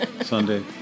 Sunday